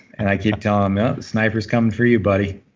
and i keep telling him sniper's coming for you buddy.